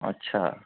अच्छा